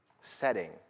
setting